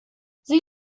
sie